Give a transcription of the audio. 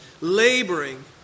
laboring